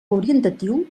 orientatiu